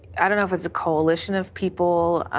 i don't know if it is a coalition of people.